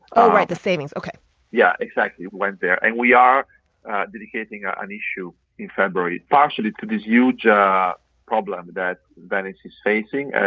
ah right the savings. ok yeah, exactly went there. and we are dedicating ah an issue in february partially to this huge ah problem that venice is facing.